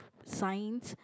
signs